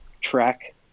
track